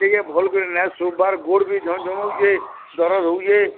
ଟିକେ ଭଲ୍ କରି ନାଇ ଶୁଭ୍ବାର୍ ଗୋଡ଼୍ ବି ଝମ୍ ଝମ୍ଉଛେ ଦରଜ୍ ହେଉଛେ